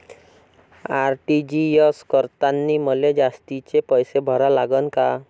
RTGS करतांनी मले जास्तीचे पैसे भरा लागन का?